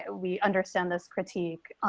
ah we understand this critique.